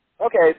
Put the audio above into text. okay